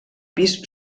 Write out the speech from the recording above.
pis